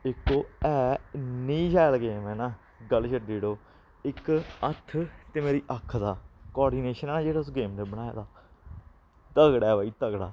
इक ओह् ऐ इन्नी शैल गेम ऐ ना गल्ल छड्डी ओड़ो इक हत्थ ते मेरी अक्ख दा कोर्डिनेशन जेह्ड़ा उस गेम ने बनाए दा तगड़ा ऐ भाई तगड़ा